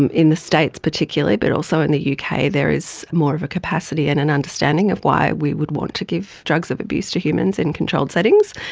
and in the states particularly but also in the yeah uk there is more of a capacity and an understanding of why we would want to give drugs of abuse to humans in controlled settings.